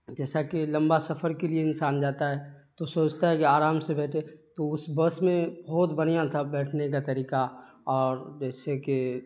جیسا کہ لمبا سفر کے لیے انسان جاتا ہے تو سوچتا ہے کہ آرام سے بیٹھے تو اس بس میں بہت بڑھیا تھا بیٹھنے کا طریقہ اور جیسے کہ